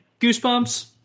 Goosebumps